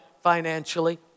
financially